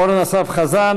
אורן אסף חזן,